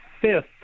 fifth